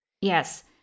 Yes